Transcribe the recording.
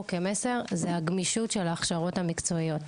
כמסר זה הגמישות של ההכשרות המקצועיות,